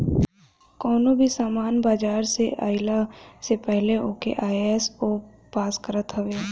कवनो भी सामान बाजारी में आइला से पहिले ओके आई.एस.ओ पास करत हवे